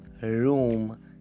room